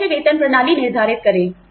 हम कैसे वेतन प्रणाली निर्धारित करें